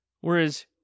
whereas